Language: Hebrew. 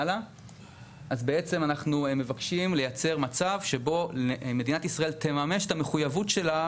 אז אנחנו בעצם מבקשים לייצר מצב שבו מדינת ישראל תממש את המחויבות שלה,